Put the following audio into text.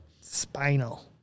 Spinal